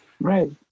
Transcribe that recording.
Right